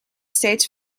steeds